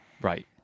Right